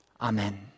Amen